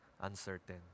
uncertain